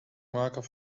maken